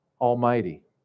almighty